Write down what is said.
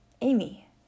Amy